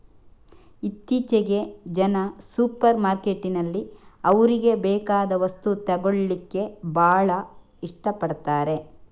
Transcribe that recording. ಇತ್ತೀಚೆಗೆ ಜನ ಸೂಪರ್ ಮಾರ್ಕೆಟಿನಲ್ಲಿ ಅವ್ರಿಗೆ ಬೇಕಾದ ವಸ್ತು ತಗೊಳ್ಳಿಕ್ಕೆ ಭಾಳ ಇಷ್ಟ ಪಡ್ತಾರೆ